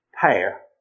pair